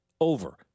Over